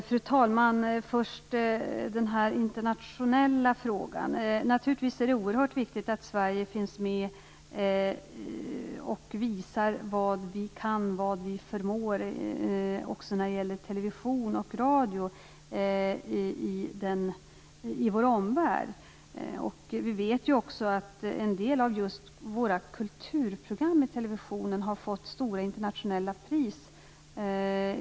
Fru talman! Först den internationella frågan. Naturligtvis är det oerhört viktigt att Sverige finns med och visar i vår omvärld vad Sverige kan också när det gäller television och radio. Vi vet att en del av våra kulturprogram från televisionen har fått stora internationella priser.